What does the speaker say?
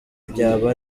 byaba